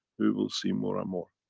we will see more and more.